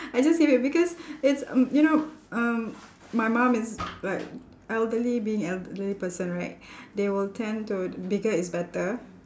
I just keep it because it's um you know um my mum is like elderly being elderly person right they will tend to bigger is better